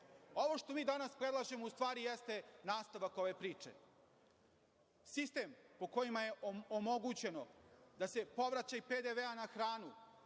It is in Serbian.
što mi danas predlažemo u stvari jeste nastavak ove priče. Sistem po kojem je omogućeno da se povraćaj PDV na hranu